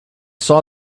saw